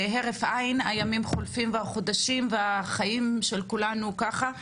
הימים והחודשים והחיים של כולנו חולפים בהרף עין,